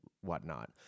whatnot